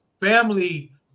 family